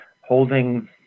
holding